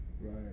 Right